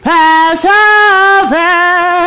Passover